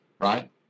right